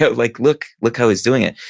but like look look how he's doing it.